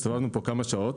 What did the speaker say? הסתובבנו פה כמה שעות.